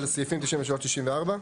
על סעיפים 93 ו-94?